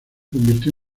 convirtió